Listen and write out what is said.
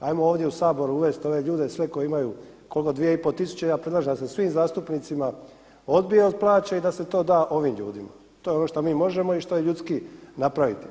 Hajmo ovdje u Saboru uvest ove ljude sve koji imaju koliko 2 i pol tisuće, ja predlažem da se svim zastupnicima odbija od plaće i da se to da ovim ljudima, to je ono što mi možemo i što je ljudski napraviti.